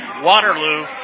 waterloo